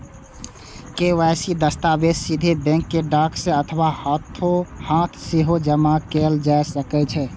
KYC दस्तावेज सीधे bank कें डाक सं अथवा हाथोहाथ सेहो जमा कैल जा सकै छै